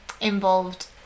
involved